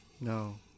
no